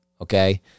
Okay